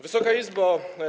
Wysoka Izbo!